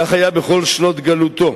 כך היה בכל שנות גלותו,